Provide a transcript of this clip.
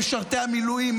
משרתי המילואים,